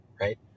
right